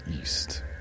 east